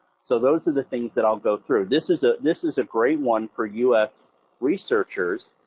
so those are the things that i'll go through. this is ah this is a great one for us researchers.